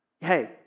hey